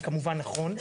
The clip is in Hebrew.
זה כמובן נכון,